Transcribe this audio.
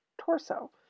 torso